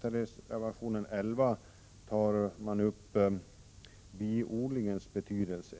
reservation 11 tar centern upp biodlingens betydelse.